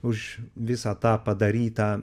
už visą tą padarytą